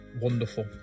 wonderful